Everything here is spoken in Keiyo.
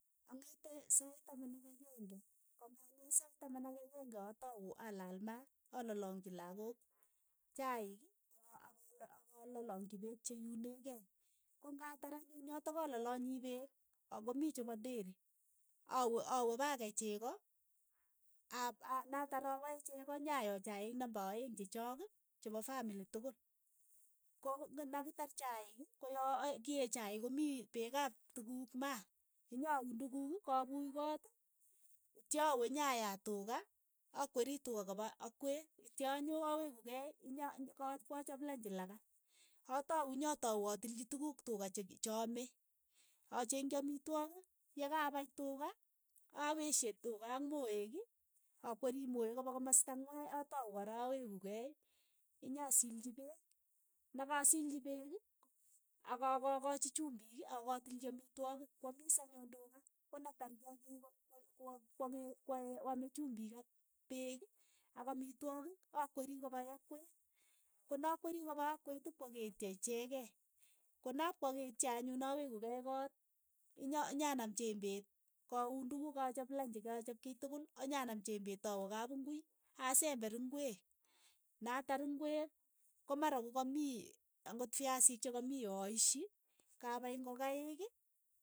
Ang'ete sait taman ak akeng'e, ko ngang'et sait taman ak akeng'e atau alal maat, alalangji lakok chaiik, aka- aka- akalalangji peek che iunee kei, ko ng'atar anyun yotok alalanyii peek ak komii chepo deri, awe awe pa kei cheko, ap a natar apae cheko nyayo chaik namba aeng' chechook, chepo famili tokol, ko nakitar chaiik, ko ya kiee chaik ko mii peek ap tukuuk maat, inyauun tukuk, kapuuch koot, itchawe nyayaat tuka, akweri tuka kopa akweet, itcha anyoo aweku kei inya a kwa chop lanchi lakat, atau nyatau atilchi tukuuk tuka chek che aame, achengji amitwogik yakapai tuka, apeshie tuka ak moeek, akwerii moek kopa kimasta ng'wai atau kora aweku kei inyasilchi peek, nakasiilchi peek, akakaachi chumbiik, akokatilchi amitwogik, kwomiis anyun tuka, konatar kiakiik ko ame chumbiik ak peek ak amitwogik akwerii ko pa yakwee, ko nakweri kopa akwet ipkwaketio ichekei. konap kwaketio anyun aweku kei koot. inya nyanaam chembeet ka uun tukuuk ka chap lanchi ka chap kiy tukul anyanam chembet awe kap ingui, asember ingweek, natar ingwek, ko mara kokamii ang'ot fiasiik chokomii yoo aishi, kapai ingokaik.